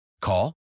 Call